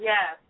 Yes